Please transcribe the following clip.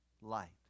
light